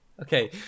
Okay